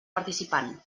participant